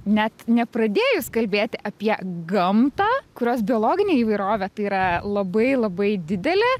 net nepradėjus kalbėti apie gamtą kurios biologinė įvairovė tai yra labai labai didelė